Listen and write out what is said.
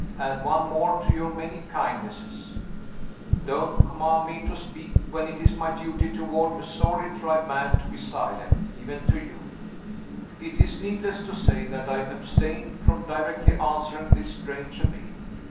add one more to your many kindnesses don't command me to speak, when it is my duty toward a sorely-tried man to be silent, even to you it is needless to say that i abstained from directly answering this strange appeal.